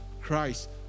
Christ